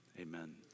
Amen